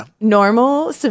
normal